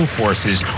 forces